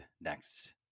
next